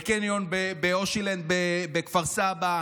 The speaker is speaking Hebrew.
בקניון באושילנד בכפר סבא,